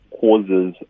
causes